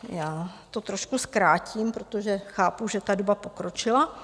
Já to trošku zkrátím, protože chápu, že doba pokročila.